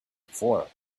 before